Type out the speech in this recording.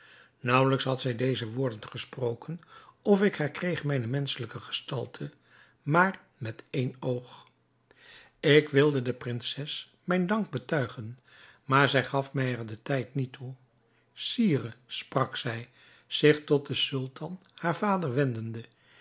naauwelijks had zij deze woorden gesproken of ik herkreeg mijne menschelijke gestalte maar met één oog ik wilde de prinses mijn dank betuigen maar zij gaf er mij den tijd niet toe sire sprak zij zich tot den sultan haar vader wendende